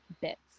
bits